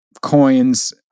coins